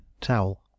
towel